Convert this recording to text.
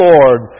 Lord